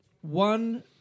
one